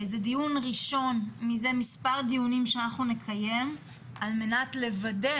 בדיון ראשון מזה מספר דיונים שאנחנו נקיים על מנת לוודא